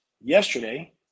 yesterday